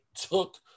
took